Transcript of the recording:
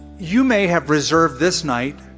you may have reserved this night